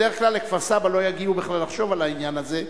בדרך כלל לכפר-סבא לא יגיעו בכלל לחשוב על העניין הזה.